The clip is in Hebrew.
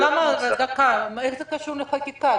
איך זה קשור לחקיקה?